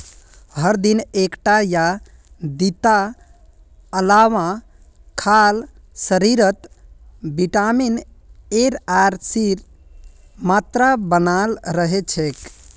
हर दिन एकटा या दिता आंवला खाल शरीरत विटामिन एर आर सीर मात्रा बनाल रह छेक